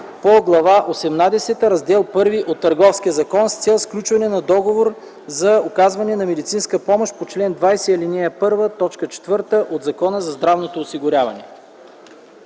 осемнадесета, Раздел І от Търговския закон с цел сключване на договор за оказване на медицинска помощ по чл. 20, ал. 1, т. 4 от Закона за здравното осигуряване.